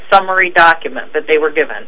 summary document that they were given